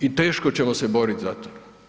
I teško ćemo se boriti za to.